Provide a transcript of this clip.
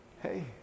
hey